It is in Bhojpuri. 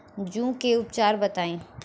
जूं के उपचार बताई?